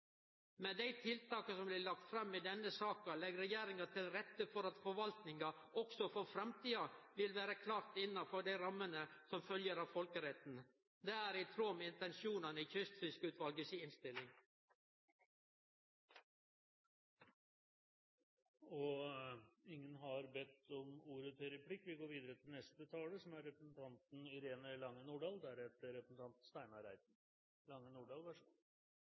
Med dei tiltaka som blir lagde fram i denne saka, legg regjeringa til rette for at forvaltninga også for framtida vil vere klart innanfor dei rammene som følgjer av folkeretten. Det er i tråd med intensjonane i Kystfiskeutvalet si innstilling. Oppfølgingen av Kystfiskeutvalget har vært en lang og grundig prosess. Formålet med denne proposisjonen er å iverksette tiltak som